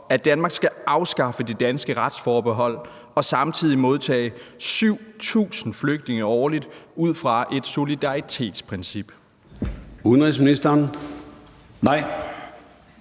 at Danmark skal afskaffe det danske retsforbehold og samtidig modtage 7.000 flygtninge årligt ud fra et solidaritetsprincip? Formanden